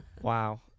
Wow